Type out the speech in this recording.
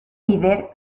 líder